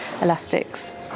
elastics